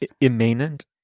Immanent